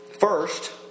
First